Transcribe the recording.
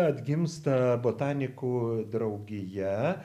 atgimsta botanikų draugija